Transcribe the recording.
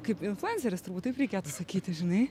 kaip influenceris turbūt taip reikėtų sakyti žinai